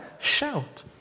shout